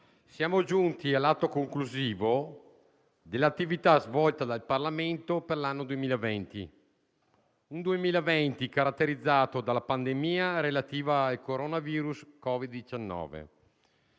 siamo giunti all'atto conclusivo dell'attività svolta dal Parlamento per l'anno 2020, caratterizzato dalla pandemia relativa al coronavirus. Ci